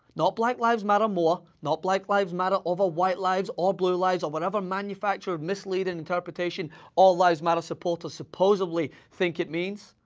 not black lives matter more, not black lives matter over white lives, or blue lives, or whatever manufactured, misleading interpretation all lives matter supporters supposedly think it means.